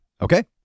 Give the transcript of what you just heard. Okay